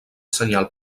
senyal